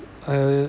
um